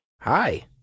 Hi